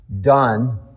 Done